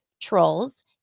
Trolls